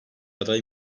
aday